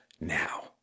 now